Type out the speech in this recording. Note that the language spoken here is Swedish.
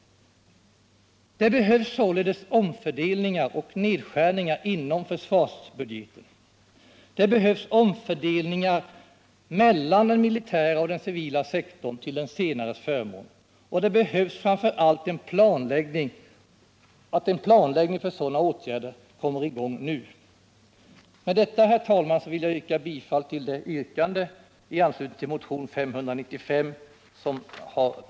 Det behövs således omfördelningar och «nedskärningar inom försvarsbudgeten. Det behövs omfördelningar mellan den militära och den civila sektorn till den senares förmån, och det behövs framför allt att en planläggning för sådana åtgärder kommer i gång nu. Herr talman!